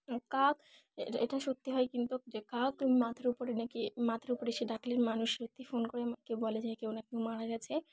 কাক এটা সত্যি হয় কিন্তু যে কাকু মাথার উপরে নাকি মাথার উপরে সে ডাকলে মানুষ সত্যি ফোন করে আমাকে বলে যে কেউ না একটু মারা গেছে